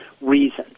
reasons